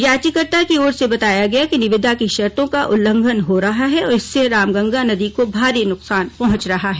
याचिकाकर्ता की ओर से बताया गया कि निविदा की शर्तों का उल्लंघन हो रहा है और इससे रामगंगा नदी को भारी नुकसान पहुंच रहा है